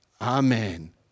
Amen